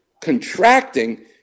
contracting